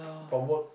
from work